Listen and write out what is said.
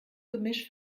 gemisch